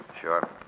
Sure